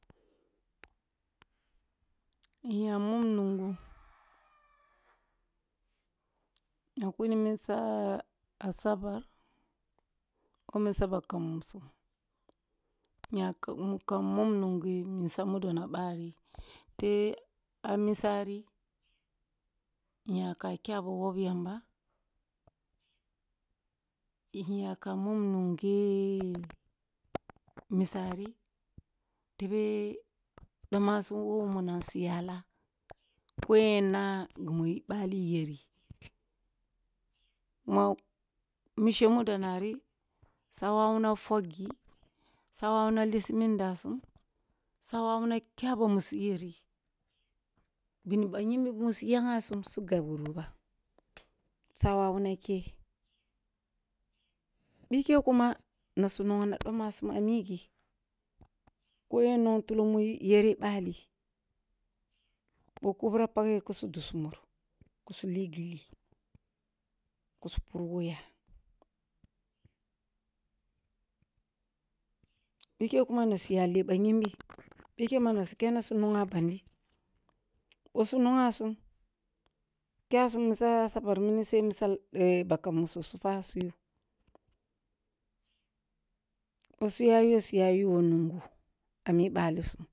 In yam on nungho, na kuni, misa asabar who mis aba kan musu inyaka mom nungho misa mu dona bari the a misari, inya ka ke a ba wogh yamba, inya ka mom nunghe misa ri tebeh domasu, who munasum suya la, ko yen y ana gimi bali yeri, kuma mishe mudo naris a wawu na fogh gi, sa wawu na dasu sa wawu na kya bamu suyeri bini bah nyinbi mu su nyagh asum su gab wuru ba, sa wawu nak eh. Bikeh kuma na su nongh doma sum a migi koh yen nongh tulo mu yeri balli, boh kubrah paghe na su dussu mul ku su li gilli ku su pur who ya. Bikeh kuma na suya leh ba nyimbi bikeh mm ana su kene na su nongh a bandi boh su nonngh asum kyasum misa asabar mini se misa bah kam musu su fwa su yu. Boh suya yuwe suya yu who nungu a mi balisum.